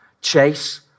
chase